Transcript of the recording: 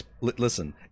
Listen